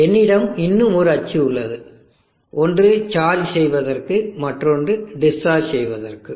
என்னிடம் இன்னும் ஒரு அச்சு உள்ளது ஒன்று சார்ஜ் செய்வதற்கு மற்றொன்று டிஸ்சார்ஜ் செய்வதற்கு